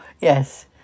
yes